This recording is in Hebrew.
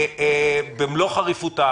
במלוא חריפותה,